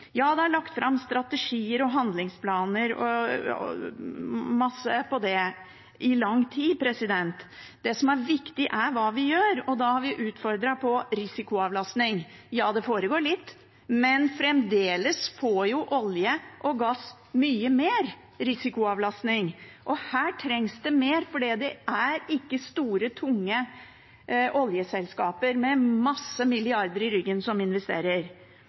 Det er lagt fram strategier og handlingsplaner – mye om det – i lang tid. Det som er viktig, er hva vi gjør, og da har vi utfordret når det gjelder risikoavlastning. Ja, det foregår litt, men fremdeles får olje og gass mye mer risikoavlastning. Her trengs det mer, for det er ikke store, tunge oljeselskaper med mange milliarder i ryggen som investerer.